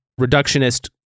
reductionist